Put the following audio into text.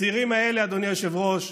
הצעירים האלה, אדוני היושב-ראש,